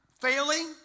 failing